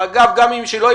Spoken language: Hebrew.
וגם אם לא,